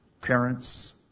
parents